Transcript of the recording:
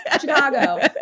Chicago